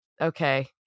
okay